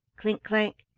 clink-clank!